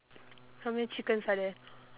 how many chickens are there